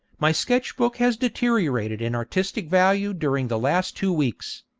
my sketch-book has deteriorated in artistic value during the last two weeks.